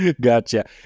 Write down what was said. gotcha